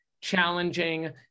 challenging